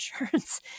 insurance